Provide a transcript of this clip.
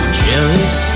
jealous